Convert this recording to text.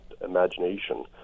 imagination